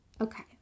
Okay